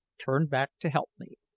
turned back to help me.